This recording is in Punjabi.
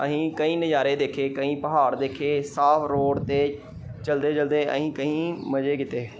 ਅਸੀਂ ਕਈ ਨਜ਼ਾਰੇ ਦੇਖੇ ਕਈ ਪਹਾੜ ਦੇਖੇ ਸਾਫ ਰੋਡ 'ਤੇ ਚਲਦੇ ਚਲਦੇ ਅਸੀਂ ਕਈ ਮਜ਼ੇ ਕੀਤੇ